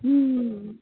ம் ம்